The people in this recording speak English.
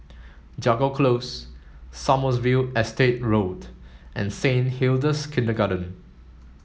Jago Close Sommerville Estate Road and Saint Hilda's Kindergarten